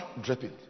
dripping